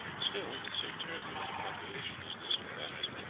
still, with so turbulent a population as this of paris,